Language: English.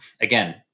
again